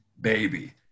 baby